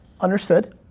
Understood